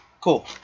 cool